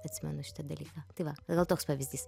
atsimenu šitą dalyką tai va gal toks pavyzdys